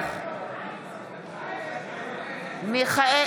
נוכח דוד ביטן, נגד